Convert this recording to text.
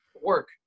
work